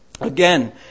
Again